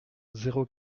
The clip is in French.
zéro